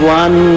one